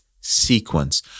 sequence